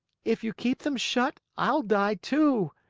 if you keep them shut, i'll die, too.